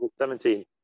17